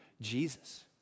Jesus